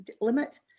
limit